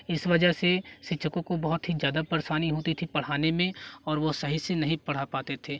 इस वजह से शिक्षकों को बहुत ही ज़्यादा परेशानी होती थी पढ़ाने में और वो सही से नहीं पढ़ा पाते थे